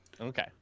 Okay